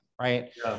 right